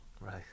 Right